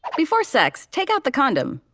before sex take out the condom.